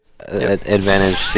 Advantage